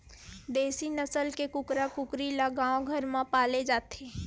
देसी नसल के कुकरा कुकरी ल गाँव घर म पाले जाथे